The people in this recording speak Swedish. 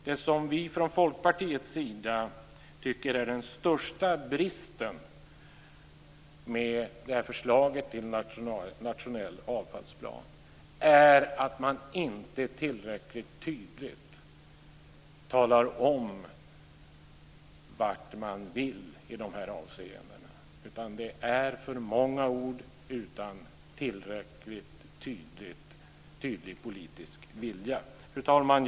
Det som vi från Folkpartiets sida tycker är den största bristen med förslaget till en nationell avfallsplan är att man inte tillräckligt tydligt talar om vart man vill i de här avseendena, utan det är för många ord utan tillräckligt tydlig politisk vilja. Fru talman!